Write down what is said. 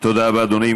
תודה רבה, אדוני.